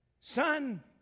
Son